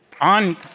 on